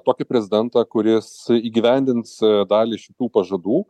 tokį prezidentą kuris įgyvendins dalį šitų pažadų